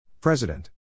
President